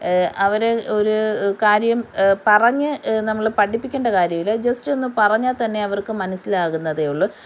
അവരെ ഒരു കാര്യം പറഞ്ഞ് നമ്മൾ പഠിപ്പിക്കേണ്ട കാര്യം ഇല്ല ജസ്റ്റ് ഒന്ന് പറഞ്ഞാൽ തന്നെ അവർക്ക് മനസ്സിലാകുന്നതേയുള്ളൂ